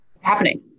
happening